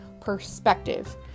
Perspective